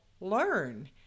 learn